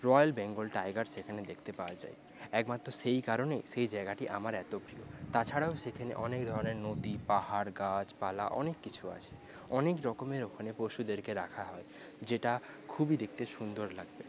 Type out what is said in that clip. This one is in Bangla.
রয়েল বেঙ্গল টাইগার সেখানে দেখতে পাওয়া যায় একমাত্র সেই কারণেই সেই জায়গাটি আমার এত প্রিয় তাছাড়াও সেখানে অনেক ধরনের নদী পাহাড় গাছপালা অনেক কিছু আছে অনেকরকমের ওখানে পশুদেরকে রাখা হয় যেটা খুবই দেখতে সুন্দর লাগবে